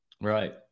Right